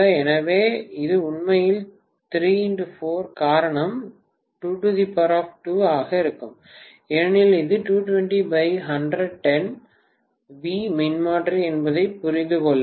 எனவே இது உண்மையில் 3x4 காரணம் 2 ஆக இருக்கும் ஏனெனில் இது 220110 வி மின்மாற்றி என்பதை புரிந்து கொள்ளுங்கள்